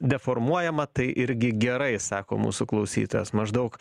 deformuojama tai irgi gerai sako mūsų klausytojas maždaug